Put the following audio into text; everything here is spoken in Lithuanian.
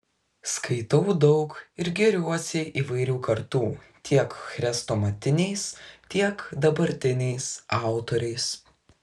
skaitau daug ir gėriuosi įvairių kartų tiek chrestomatiniais tiek dabartiniais autoriais